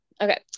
okay